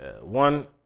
one